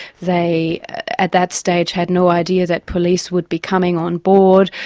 they at that stage, had no idea that police would be coming on board,